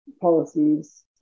policies